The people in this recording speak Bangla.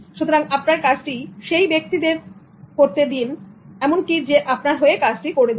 সুতরাং আপনার কাজটি সেই ব্যক্তিদের কাজটি করতে দিন এমন কি যে আপনার হয়ে কাজটি করে দেবে